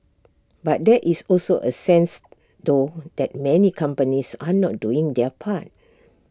but there is also A sense though that many companies are not doing their part